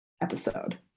episode